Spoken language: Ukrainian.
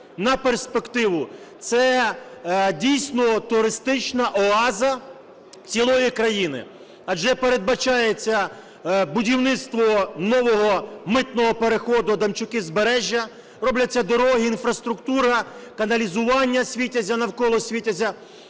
на перспективу – це дійсно туристична оаза цілої країни. Адже передбачається будівництво нового митного переходу Адамчуки-Збереже, робляться дороги, інфраструктура, каналізування Світязя, навколо Світязя.